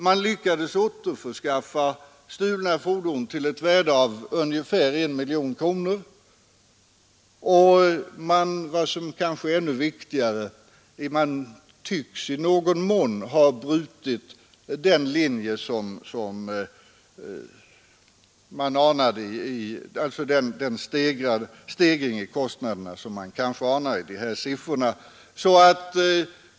Man lyckades återskaffa stulna fordon till ett värde av 1 miljon kronor — och vad som är ännu viktigare: man lyckades i någon mån bryta den stegring av kostnaderna som de nämnda siffrorna antydde.